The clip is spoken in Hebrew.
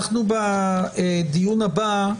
בדיון הבא,